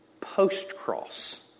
post-cross